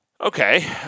Okay